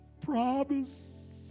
promise